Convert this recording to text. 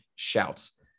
shouts